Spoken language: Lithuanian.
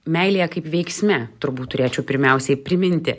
meilėje kaip veiksme turbūt turėčiau pirmiausiai priminti